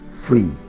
free